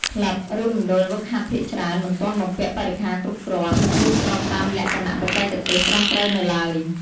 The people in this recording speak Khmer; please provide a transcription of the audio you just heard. ក្លឹប ឬមណ្ឌលហ្វឹកហាត់ភាគច្រើនមិនទាន់បំពាក់បរិក្ខារគ្រប់គ្រាន់ ឬស្របតាមលក្ខណៈបច្ចេកទេសត្រឹមត្រូវនៅឡើយ។